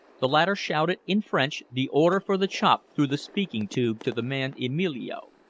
the latter shouted in french the order for the chop through the speaking-tube to the man emilio,